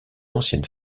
ancienne